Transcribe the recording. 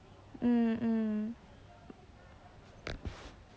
hmm hmm